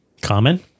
Common